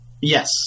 Yes